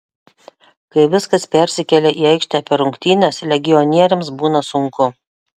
kai viskas persikelia į aikštę per rungtynes legionieriams būna sunku